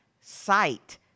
sight